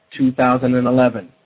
2011